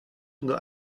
unter